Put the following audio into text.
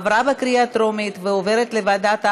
עברה בקריאה טרומית, ועוברת לוועדת העבודה,